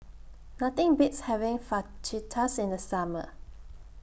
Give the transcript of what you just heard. Nothing Beats having Fajitas in The Summer